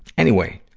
anyway,